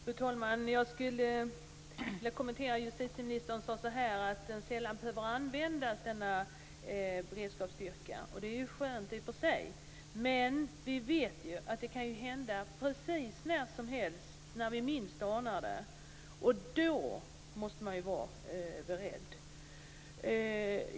Fru talman! Jag skulle vilja kommentera justitieministerns uttalande att insatsstyrkan sällan behöver användas. Det är i och för sig skönt, men vi vet att det kan hända något precis när som helst och när vi minst anar det. Då måste man vara beredd.